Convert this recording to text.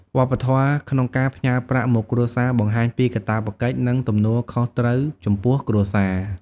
វប្បធម៌ក្នុងការផ្ញើប្រាក់មកគ្រួសារបង្ហាញពីកាតព្វកិច្ច និងទំនួលខុសត្រូវចំពោះគ្រួសារ។